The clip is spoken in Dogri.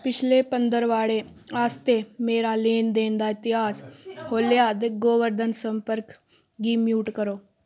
पिछले पंदरबाड़े आस्तै मेरा लैन देन दा इतिहास खोह्ल्लेआ ते गोवर्धन सम्पर्क गी म्यूट करो